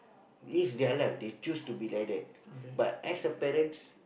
it's their life they choose to be like that but as a parent